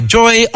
Joy